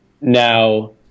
now